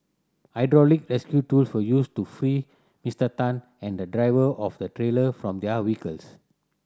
hydraulic rescue tools were used to free Mister Tan and the driver of the trailer from their vehicles